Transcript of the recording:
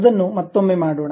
ಅದನ್ನು ಮತ್ತೊಮ್ಮೆ ಮಾಡೋಣ